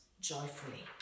joyfully